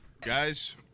guys